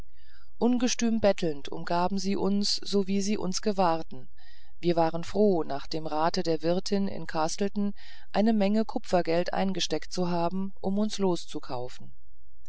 ungestüm bettelnd umgaben sie uns sowie sie uns gewahrten wir waren froh nach dem rate der wirtin in castleton eine menge kupfergeld eingesteckt zu haben um uns